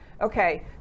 Okay